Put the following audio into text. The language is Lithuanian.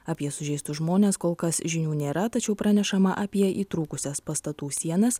apie sužeistus žmones kol kas žinių nėra tačiau pranešama apie įtrūkusias pastatų sienas